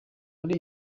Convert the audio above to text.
muri